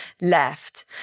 left